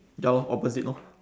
ya lor opposite lor